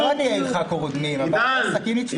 זה לא עניי עירך קודמים, עסקים נדפקים.